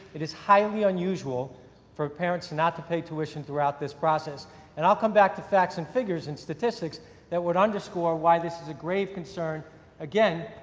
it is highly unusual for parent not to pay tuition throughout this process and i'll come back to the facts and figures and statistics that would underscore why this is a grave concern again,